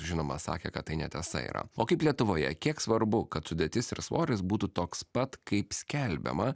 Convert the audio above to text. žinoma sakė kad tai netiesa yra o kaip lietuvoje kiek svarbu kad sudėtis ir svoris būtų toks pat kaip skelbiama